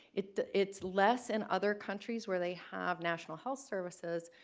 it it's less in other countries where they have national health services,